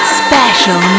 special